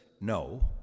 no